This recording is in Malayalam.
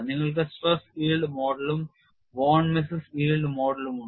നിങ്ങൾക്ക് ട്രെസ്ക yield മോഡലും വോൺ മിസ്സ് yield മോഡലും ഉണ്ട്